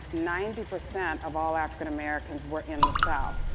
ninety percent of all african americans were in the south.